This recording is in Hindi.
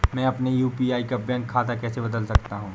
मैं अपने यू.पी.आई का बैंक खाता कैसे बदल सकता हूँ?